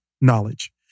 knowledge